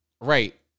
Right